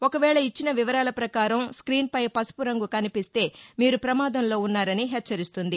ఒకవేళ ఇచ్చిన వివరాల ప్రకారం స్క్వీన్పై పసుపు రంగు కనిపిస్తే మీరు ప్రమాదంలో ఉన్నారని హెచ్చరిస్తుంది